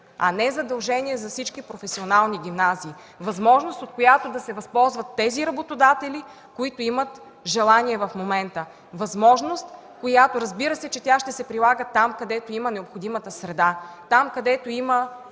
а не задължение за всички професионални гимназии. Възможност, от която да се възползват тези работодатели, които имат желание в момента; възможност, която, разбира се, ще се прилага там, където има необходимата среда, има